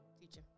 teacher